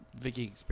Vicky